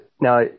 now